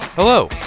Hello